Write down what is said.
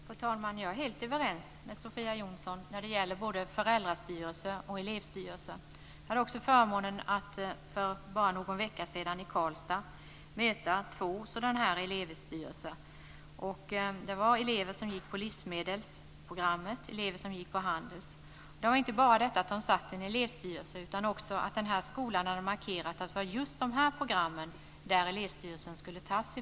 Fru talman! Jag är helt överens med Sofia Jonsson när det gäller både föräldrastyrelse och elevstyrelse. Jag hade också förmånen att för bara någon vecka sedan i Karlstad möta två elevstyrelser. Det var elever som går på livsmedelsprogrammet och elever på handelsprogrammet. Det var inte bara detta att de satt i en elevstyrelse, utan också att den här skolan hade markerat att det var just från dessa program som elevstyrelsen skulle utses.